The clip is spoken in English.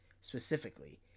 specifically